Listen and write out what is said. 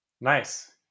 Nice